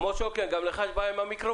כמובן שיש לפעמים אי-הבנות כאלה